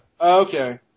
Okay